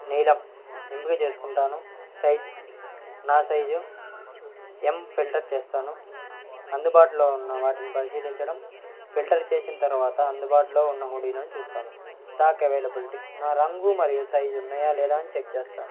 నీలం ఎంపిక చేసుకుంటాను సైజ్ నా సైజు ఎమ్ ఫిల్టర్ చేస్తాను అందుబాటులో ఉన్న వాటిని పరిశీలించడం ఫిల్టర్ చేసిన తర్వాత అందుబాటులో ఉన్న హుడీలను చూస్తాను స్టాక్ అవైలబిలిటీ నా రంగు మరియు సైజ్ ఉన్నయా లేదా అని చెక్ చేస్తాను